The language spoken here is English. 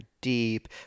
Deep